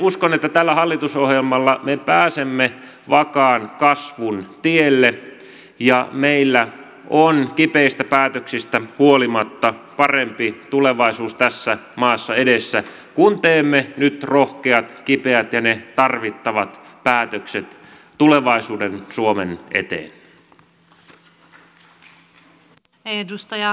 uskon että tällä hallitusohjelmalla me pääsemme vakaan kasvun tielle ja meillä on kipeistä päätöksistä huolimatta parempi tulevaisuus tässä maassa edessä kun teemme nyt rohkeat kipeät ja tarvittavat päätökset tulevaisuuden suomen eteen